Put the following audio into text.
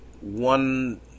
one